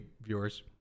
viewers